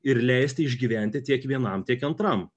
ir leisti išgyventi tiek vienam tiek antram